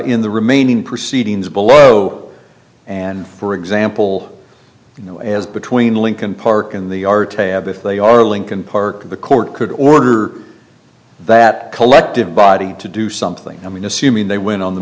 in the remaining proceedings below and for example you know as between lincoln park and the art tab if they are lincoln park the court could order that collective body to do something i mean assuming they went on the